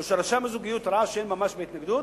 או שרשם הזוגיות ראה שאין ממש בהתנגדות,